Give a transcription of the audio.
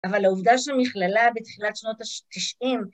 אבל העובדה שמכללה בתחילת שנות ה-90